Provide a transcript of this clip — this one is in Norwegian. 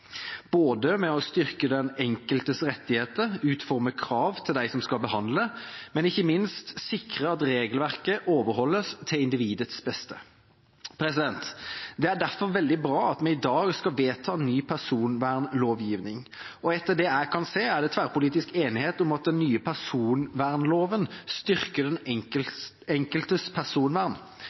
å både styrke den enkeltes rettigheter, utforme krav til den som skal behandle, og ikke minst sikre at regelverket overholdes til individets beste. Det er derfor veldig bra at vi i dag skal vedta ny personvernlovgivning. Og etter det jeg kan se, er det tverrpolitisk enighet om at den nye personvernloven styrker den enkeltes personvern.